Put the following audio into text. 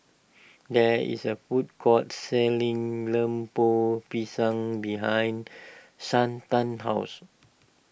there is a food court selling Lemper Pisang behind Shanta's house